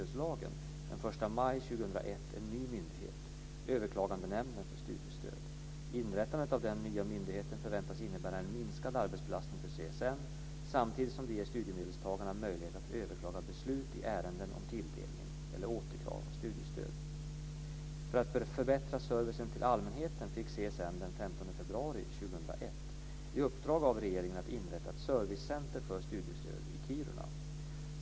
, den 1 maj 2001 en ny myndighet, Överklagandenämnden för studiestöd. Inrättandet av den nya myndigheten förväntas innebära en minskad arbetsbelastning för CSN, samtidigt som det ger studiemedelstagarna möjlighet att överklaga beslut i ärenden om tilldelning eller återkrav av studiestöd. CSN den 15 februari 2001 i uppdrag av regeringen att inrätta ett servicecenter för studiestöd i Kiruna.